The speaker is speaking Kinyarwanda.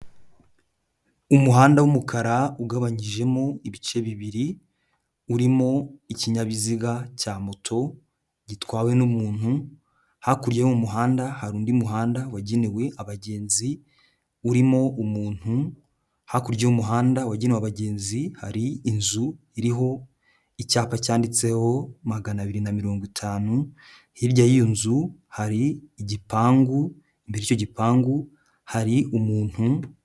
Umuhanda w'umukara ugabanyijemo ibice bibiri, urimo ikinyabiziga cya moto gitwawe n'umuntu, hakurya y'uwo muhanda hari undi muhanda wagenewe abagenzi, urimo umuntu hakurya y'umuhanda wagenewe abagenzi hari inzu iriho icyapa cyanditseho magana abiri na mirongo itanu, hirya y'iyo nzu hari igipangu, muri icyo gipangu hari umuntu.